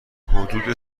حدود